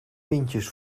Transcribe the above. pintjes